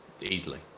Easily